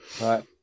Right